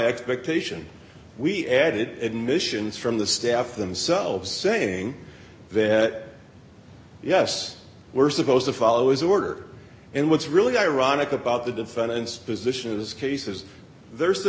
expectation we added admissions from the staff themselves saying vet yes we're supposed to follow his order and what's really ironic about the defendant's position is cases there's the